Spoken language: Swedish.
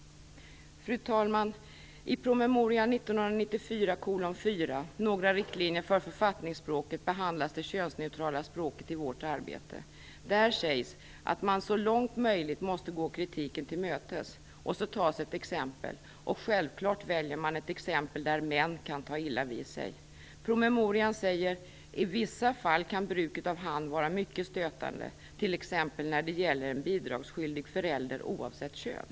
Fru talman! I promemorian 1994:4 Några riktlinjer för författningsspråket behandlas det könsneutrala språket i vårt arbete. Där sägs att man så långt som möjligt måste gå kritiken till mötes. Sedan följer ett exempel, och självfallet väljer man ett exempel där män kan ta illa vid sig. I promemorian står det att i vissa fall kan bruket av "han" vara mycket stötande, t.ex. när det gäller en bidragsskyldig förälder oavsett kön.